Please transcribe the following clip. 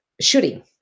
shooting